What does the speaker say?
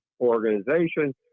organization